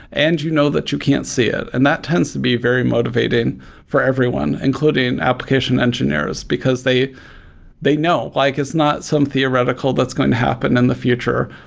and you know that you can't see it, and that tends to be very motivating for everyone including application engineers, because they they know. like it's not some theoretical that's going to happen in the future.